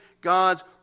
God's